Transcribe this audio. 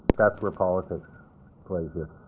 that's where politics plays here.